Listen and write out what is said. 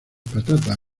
patatas